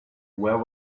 where